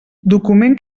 document